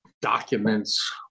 documents